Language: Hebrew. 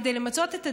כדי למצות את הדין,